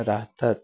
राहतात